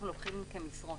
אנחנו לוקחים מכם משרות.